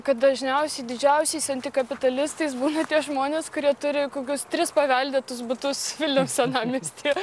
kad dažniausiai didžiausiais kapitalistais būna tie žmonės kurie turi kokius tris paveldėtus butus vilniaus senamiestyje